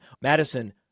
Madison